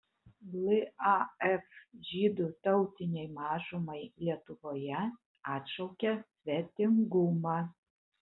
laf žydų tautinei mažumai lietuvoje atšaukia svetingumą